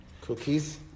Cookies